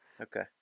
Okay